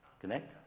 connect